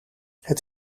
het